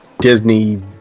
Disney